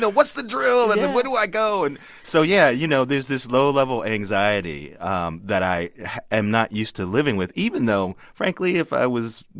what's the drill? and and where do i go? and so, yeah, you know, there's this low-level anxiety um that i am not used to living with, even though, frankly, if i was,